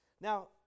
Now